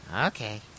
Okay